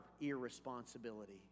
irresponsibility